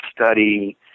study